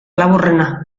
laburrena